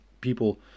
people